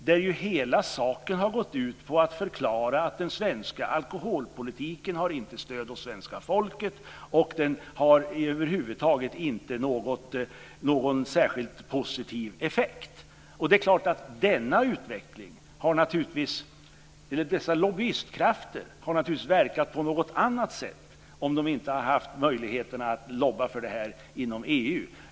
Där har hela saken gått ut på att förklara att den svenska alkholpolitiken inte har stöd hos svenska folket och över huvud taget inte har någon särskilt positiv effekt. Det är klart att också dessa lobbykrafter hade verkat på något annat sätt om de inte haft möjligheten att lobba för det här inom EU.